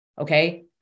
Okay